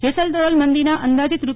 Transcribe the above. જેસલ તોરલ મંદિરના અંદાજિત રૂ